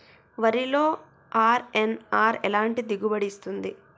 వరిలో అర్.ఎన్.ఆర్ ఎలాంటి దిగుబడి ఇస్తుంది?